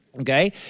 Okay